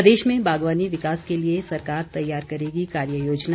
प्रदेश में बागवानी विकास के लिए सरकार तैयार करेगी कार्य योजना